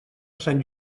sant